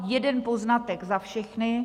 Jeden poznatek za všechny.